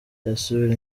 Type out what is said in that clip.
basura